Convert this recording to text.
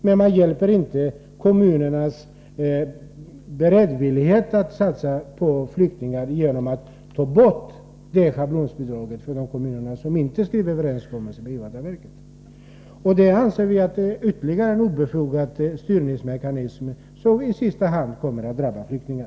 Men man ökar inte kommunernas beredvillighet att satsa på flyktingar genom att ta bort schablonavdraget för de kommuner som inte ingår överenskommelser med invandrarverket. Vi anser att detta är ytterligare en obefogad styrningsmekanism, som i sista hand kommer att drabba flyktingar.